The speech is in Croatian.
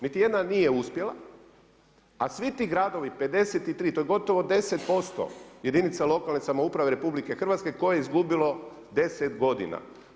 Niti jedna nije uspjela, a svi ti gradovi 53, to je gotovo 10% jedinica lokalne samouprave RH koje je izgubilo 10 godina.